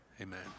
amen